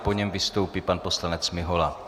Po něm vystoupí pan poslanec Mihola.